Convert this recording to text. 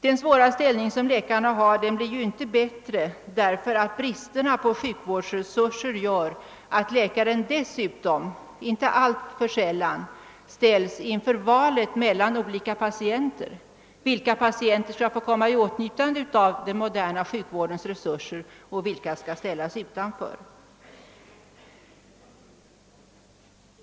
Den svåra ställning läkarna har blir inte bättre av att bristerna på sjukvårdsresurser gör att läkaren dessutom inte alltför sällan ställs inför valet mellan olika patienter. Vilka patienter skall få komma i åtnjutande av den moderna sjukvårdens resurser och vilka skall ställas utanför?